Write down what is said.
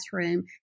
classroom